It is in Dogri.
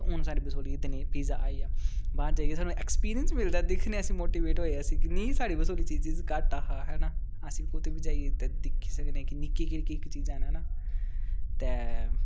हून साढ़ी बसोली च बी पिज्जा आई गेआ बाह्र जाइयै सानू ऐक्सपीरियंस मिलदा दिक्खने अस मोटीवेट होऐ अस कि नी साढ़ी बसोली च एह चीज घट्ट हा है नी अस कुदै बी जाइयै दिक्खी सकनें आं कि केह् केह् चीजां न है ना ते